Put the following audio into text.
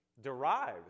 derives